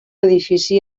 edifici